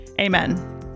Amen